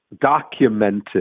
documented